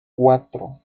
cuatro